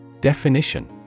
Definition